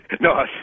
No